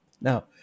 now